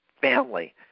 family